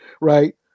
right